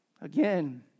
again